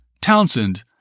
Townsend